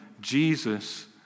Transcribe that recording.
Jesus